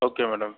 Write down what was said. okay madam